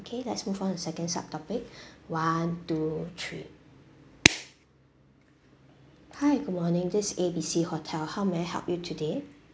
okay let's move on the second subtopic one two three hi good morning this A_B_C hotel how may I help you today